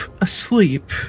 asleep